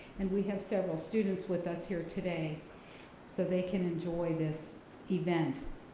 and we have several students with us here today so they can enjoy this event.